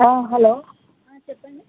ఆ హలో ఆ చెప్పండి